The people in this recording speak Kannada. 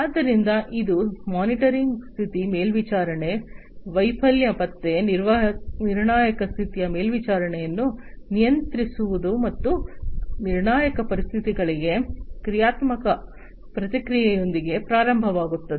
ಆದ್ದರಿಂದ ಇದು ಮಾನಿಟರಿಂಗ್ ಸ್ಥಿತಿ ಮೇಲ್ವಿಚಾರಣೆ ವೈಫಲ್ಯ ಪತ್ತೆ ನಿರ್ಣಾಯಕ ಸ್ಥಿತಿಯ ಮೇಲ್ವಿಚಾರಣೆಯನ್ನು ನಿಯಂತ್ರಿಸುವುದು ಮತ್ತು ನಿರ್ಣಾಯಕ ಪರಿಸ್ಥಿತಿಗಳಿಗೆ ಕ್ರಿಯಾತ್ಮಕ ಪ್ರತಿಕ್ರಿಯೆಯೊಂದಿಗೆ ಪ್ರಾರಂಭವಾಗುತ್ತದೆ